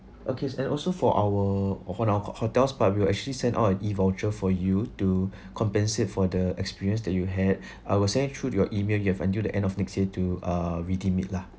okay and also for our of on our ho~ ho~ hotels right will actually sent oil E voucher for you to compensate for the experience that you had I will sand it through your email you have until the end of next year to uh reedeem it lah